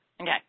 Okay